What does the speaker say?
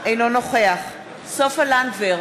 אינו נוכח סופה לנדבר,